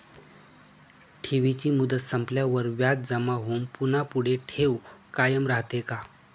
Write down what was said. ठेवीची मुदत संपल्यावर व्याज जमा होऊन पुन्हा पुढे ठेव कायम राहते का?